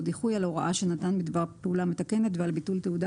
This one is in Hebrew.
דיחוי על הוראה שנתן בדבר פעולה מתקנת ועל ביטול תעודה